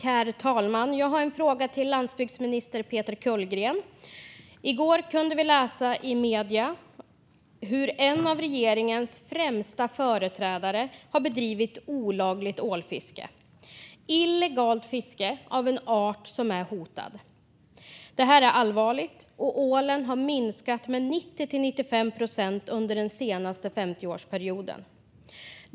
Herr talman! Jag har en fråga till landsbygdsminister Peter Kullgren. I går kunde vi läsa i medier om hur en av regeringens främsta företrädare bedrivit olagligt ålfiske - illegalt fiske av en art som är hotad. Det här är allvarligt. Ålen har minskat med 90-95 procent under den senaste 50årsperioden.